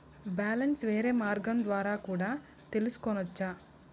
Balance వేరే మార్గం ద్వారా కూడా తెలుసుకొనొచ్చా?